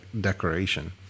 decoration